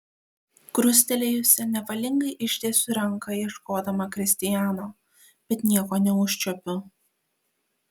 krustelėjusi nevalingai ištiesiu ranką ieškodama kristijano bet nieko neužčiuopiu